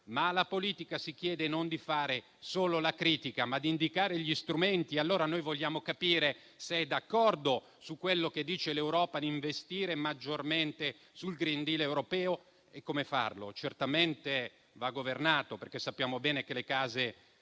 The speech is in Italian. ma la politica chiede non di fare solo la critica, ma di indicare gli strumenti. Noi vogliamo capire se è d'accordo su quello che dice l'Europa, ossia di investire maggiormente sul *green deal* europeo e su come farlo. Certamente va governato, perché sappiamo bene che le case